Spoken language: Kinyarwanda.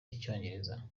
icyongereza